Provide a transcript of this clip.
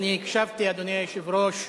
אני הקשבתי, אדוני היושב-ראש,